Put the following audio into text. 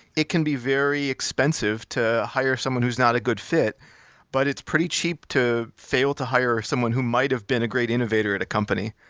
it can be very expensive to hire someone who's not a good fit but it's pretty cheap to fail to hire someone who might've been a great innovator at a company.